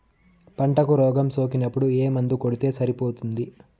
పంటకు రోగం సోకినపుడు ఏ మందు కొడితే సరిపోతుంది?